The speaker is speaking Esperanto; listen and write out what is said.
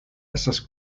estas